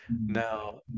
now